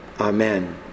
Amen